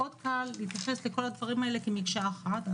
קל מאוד להתייחס לכל זה כאל מקשה אחת.